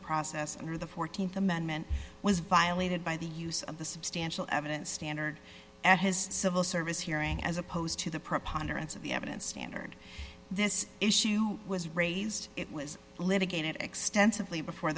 process under the th amendment was violated by the use of the substantial evidence standard at his civil service hearing as opposed to the preponderance of the evidence standard this issue was raised it was litigated extensively before